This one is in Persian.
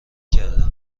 کرده